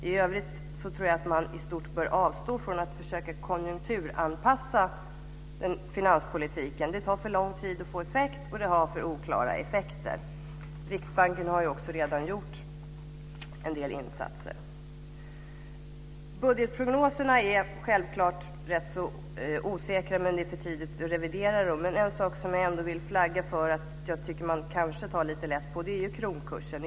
I övrigt tror jag att man i stort bör avstå från att försöka konjunkturanpassa finanspolitiken. Det tar för lång tid att få effekt, och det har för oklara effekter. Riksbanken har redan gjort en del insatser. Budgetprognoserna är självklart rätt så osäkra, men det är för tidigt att revidera dem. En sak som jag ändå vill flagga för och som jag tycker att man kanske tar lite lätt på, och det är kronkursen.